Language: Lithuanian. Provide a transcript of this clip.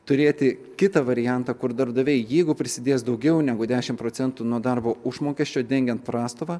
turėti kitą variantą kur darbdaviai jeigu prisidės daugiau negu dešim procentų nuo darbo užmokesčio dengiant prastova